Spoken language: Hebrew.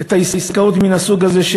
את העסקאות מן הסוג הזה,